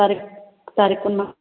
ꯇꯥꯔꯤꯛ ꯀꯨꯟ ꯃꯉꯥ